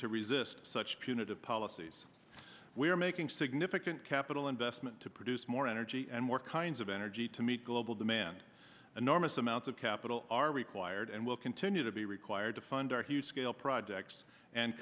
to resist such punitive policies we are making significant capital investment to produce more energy and more kinds of energy to meet global demand an enormous amounts of capital are required and will continue to be required to fund our huge scale projects and